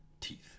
teeth